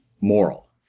moral